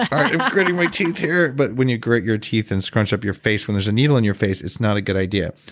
i'm grating my teeth here, but when you grate your teeth and scrunch up your face when there's a needle in your face, it's not a good idea.